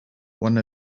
one